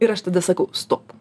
ir aš tada sakau stop